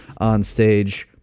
onstage